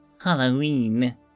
Halloween